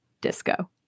Disco